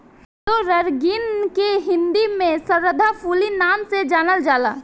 evergreen के हिंदी में सदाफुली नाम से जानल जाला